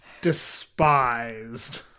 despised